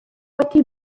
wedi